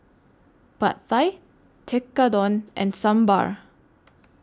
Pad Thai Tekkadon and Sambar